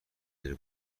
داره